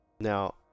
Now